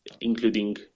including